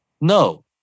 No